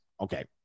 Okay